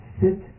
sit